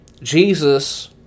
Jesus